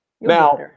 Now